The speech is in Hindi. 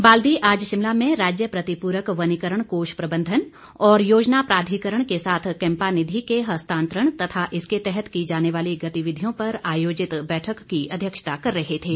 बाल्दी आज शिमला में राज्य प्रतिपूरक वनीकरण कोष प्रबंधन और योजना प्राधिकरण के साथ कैम्पा निधि के हस्तांतरण तथा इसके तहत की जाने वाली गतिविधियों पर आयोजित बैठक की अध्यक्षता कर रहे थे